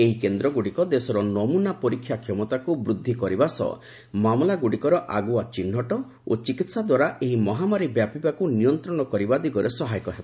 ଏହି କେନ୍ଦ୍ରଗୁଡିକ ଦେଶର ନମୁନା ପରୀକ୍ଷା କ୍ଷମତାକୁ ବୃଦ୍ଧି କରିବା ସହ ମାମଲାଗୁଡ଼ିକର ଆଗୁଆ ଚିହ୍ନଟ ଓ ଚିକିତ୍ସା ଦ୍ୱାରା ଏହି ମହାମାରୀ ବ୍ୟାପିବାକୁ ନିୟନ୍ତ୍ରଣ କରିବା ଦିଗରେ ସହାୟକ ହେବ